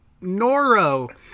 Noro